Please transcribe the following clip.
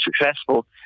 successful